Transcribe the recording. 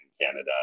Canada